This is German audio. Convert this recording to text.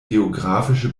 geographische